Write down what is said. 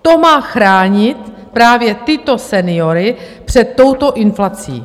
To má chránit právě tyto seniory před touto inflací.